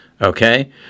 okay